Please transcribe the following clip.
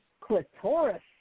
Clitoris